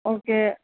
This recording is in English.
okay